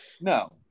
No